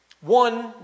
One